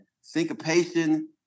syncopation